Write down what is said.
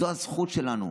זו הזכות שלנו.